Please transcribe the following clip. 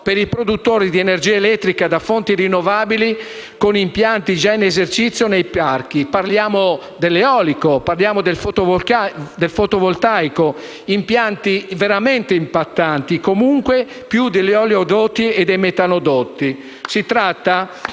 per i produttori di energia elettrica da fonti rinnovabili con impianti già in esercizio nei parchi. Parliamo dell’eolico e del fotovoltaico, impianti veramente impattanti, comunque più degli oleodotti e metanodotti.